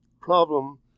problem